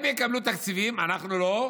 הם יקבלו תקציבים, אנחנו לא,